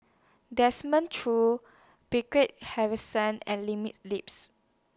Desmond Choo Harrison and Lips